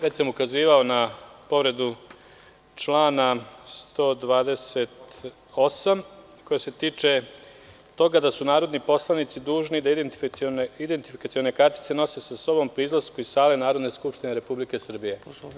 Već sam ukazivao na povredu člana 128, koja se tiče toga da su narodni poslanici dužni da identifikacione kartice nose sa sobom pri izlasku iz sale Narodne skupštine Republike Srbije.